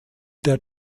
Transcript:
der